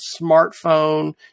smartphone